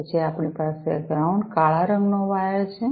પછી આપણી પાસે આ ગ્રાઉંડ કાળા રંગ નો વાયર છે